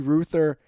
Ruther